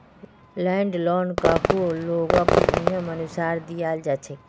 land लोनकको लोगक नियमानुसार दियाल जा छेक